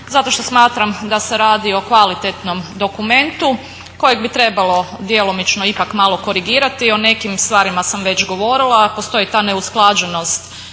zato što smatram da se radi o kvalitetnom dokumentu kojeg bi trebalo djelomično malo ipak korigirati. O nekim stvarima sam već govorila, a postoji ta neusklađenost